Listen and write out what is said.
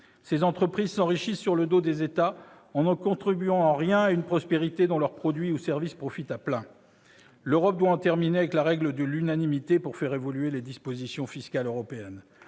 Ces entreprises s'enrichissent sur le dos des États en ne contribuant en rien à une prospérité dont leurs produits ou services profitent à plein. L'Europe doit en terminer avec la règle de l'unanimité pour faire évoluer les dispositions fiscales européennes.